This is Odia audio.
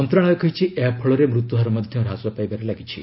ମନ୍ତଶାଳୟ କହିଛି ଏହାଫଳରେ ମୃତ୍ୟୁହାର ମଧ୍ୟ ହ୍ରାସ ପାଇବାରେ ଲାଗିଛି